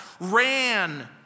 ran